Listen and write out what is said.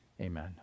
Amen